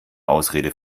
ausrede